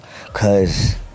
cause